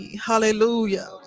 Hallelujah